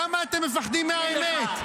למה אתם מפחדים מהאמת?